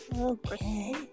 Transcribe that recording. Okay